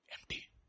empty